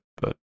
but-